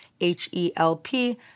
H-E-L-P